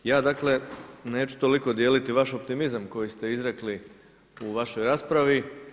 Ja dakle, neću toliko dijeliti vaš optimizam koji ste izrekli u vašoj raspravi.